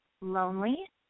lonely